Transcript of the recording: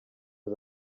los